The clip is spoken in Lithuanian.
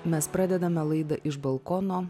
mes pradedame laidą iš balkono